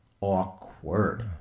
awkward